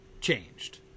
changed